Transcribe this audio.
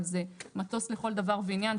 אבל זה מטוס לכל דבר ועניין,